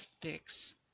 fix